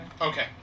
Okay